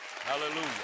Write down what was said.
Hallelujah